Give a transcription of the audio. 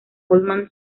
goldman